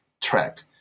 track